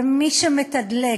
ומי שמתדלק